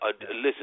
listen